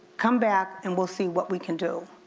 come back and we'll see what we can do.